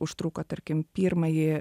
užtruko tarkim pirmąjį